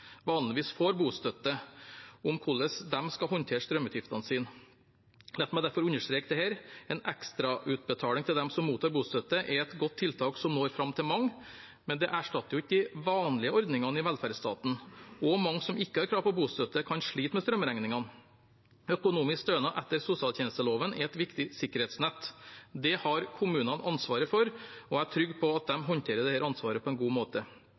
vanligvis får bostøtte, om hvordan de skal håndtere strømutgiftene sine. La meg derfor understreke dette: En ekstrautbetaling til dem som mottar bostøtte, er et godt tiltak som når fram til mange, men det erstatter ikke de vanlige ordningene i velferdsstaten. Også mange som ikke har krav på bostøtte, kan slite med strømregningene. Økonomisk stønad etter sosialtjenesteloven er et viktig sikkerhetsnett. Det har kommunene ansvaret for, og jeg er trygg på at de håndterer dette ansvaret på en god måte.